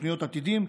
תוכניות עתידים,